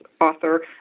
author